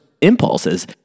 impulses